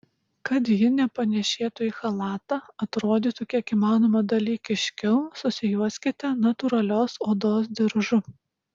kad ji nepanėšėtų į chalatą atrodytų kiek įmanoma dalykiškiau susijuoskite natūralios odos diržu